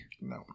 No